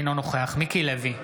אינו נוכח מיקי לוי,